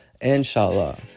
Inshallah